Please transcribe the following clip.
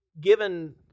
given